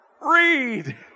read